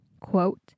quote